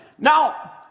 Now